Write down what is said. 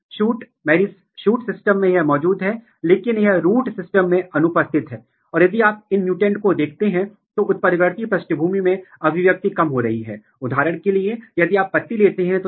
जिसका अर्थ है कि मेरिस्टेम डोमेन में जीन ज्यादातर सक्रिय हो रहे हैं जबकि रिप्रेस्ड जीन ज्यादातर एलॉन्गेशन डोमेन में व्यक्त किए जाते हैं